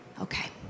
Okay